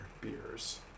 beers